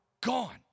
gone